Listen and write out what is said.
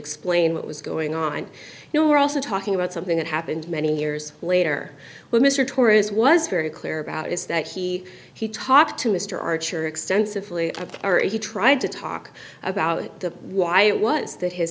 explain what was going on you know we're also talking about something that happened many years later when mr torres was very clear about is that he he talked to mr archer extensively or he tried to talk about the why it was that h